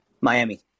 Miami